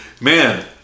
Man